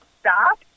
stop